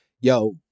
yo